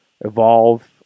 Evolve